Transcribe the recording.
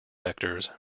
vectors